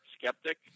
skeptic